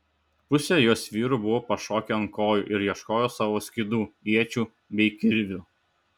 pusė jos vyrų buvo pašokę ant kojų ir ieškojo savo skydų iečių bei kirvių